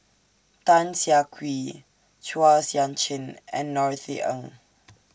Tan Siah Kwee Chua Sian Chin and Norothy Ng